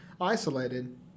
isolated